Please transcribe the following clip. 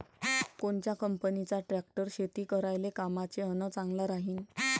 कोनच्या कंपनीचा ट्रॅक्टर शेती करायले कामाचे अन चांगला राहीनं?